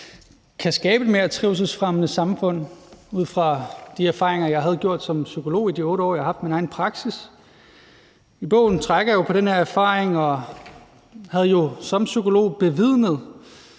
kan skabe et mere trivselsfremmende samfund, ud fra de erfaringer, jeg havde gjort som psykolog i de 8 år, jeg havde haft min egen praksis. I bogen trækker jeg på den erfaring, og jeg har som psykolog bevidnet